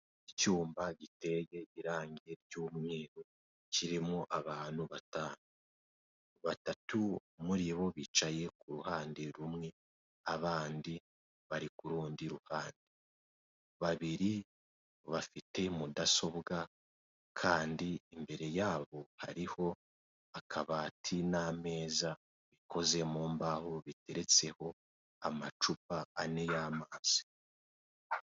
Icyuma giteye irangi ry'umweru, kirimo abantu, batatu muri bo bicaye ku ruhande rumwe, abandi bari ku rundi ruhande, babiri bafite mudasobwa kandi imbere yabo hariho akabati n'ameza bikoze mu mbaho, biteretseho amacupa ane y'amazi.